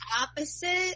opposite